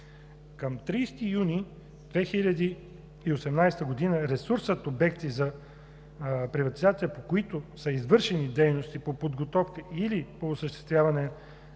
Към 30 юни 2018 г. ресурсът обекти за приватизация, по които са извършени дейности по подготовка или по осъществяване